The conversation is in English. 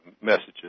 messages